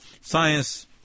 science